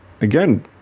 again